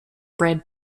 bread